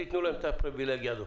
תנו לו את הפריבילגיה הזאת.